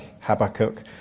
Habakkuk